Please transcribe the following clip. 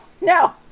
no